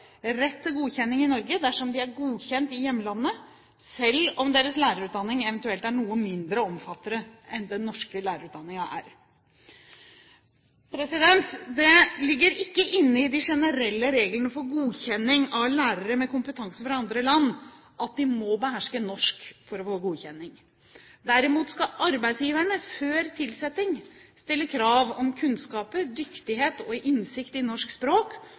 rett til godkjenning i Norge dersom de er godkjent i hjemlandet, selv om deres lærerutdanning eventuelt er noe mindre omfattende enn den norske lærerutdanningen er. Det ligger ikke inne i de generelle reglene for godkjenning av lærere med kompetanse fra andre land at de må beherske norsk for å få godkjenning. Derimot skal arbeidsgiverne før tilsetting stille krav om kunnskaper, dyktighet og innsikt i norsk språk